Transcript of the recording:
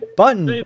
button